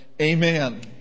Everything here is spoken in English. Amen